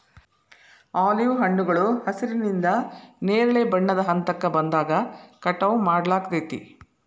olive ಹಣ್ಣುಗಳು ಹಸಿರಿನಿಂದ ನೇರಳೆ ಬಣ್ಣದ ಹಂತಕ್ಕ ಬಂದಾಗ ಕಟಾವ್ ಮಾಡ್ಲಾಗ್ತೇತಿ